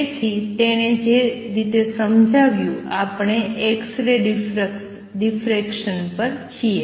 તેથી તેણે જે રીતે સમજાવ્યું આપણે એક્સ રે ડિફરેકસન પર છીએ